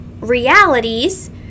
realities